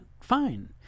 fine